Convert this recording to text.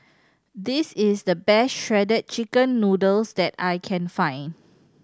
this is the best Shredded Chicken Noodles that I can find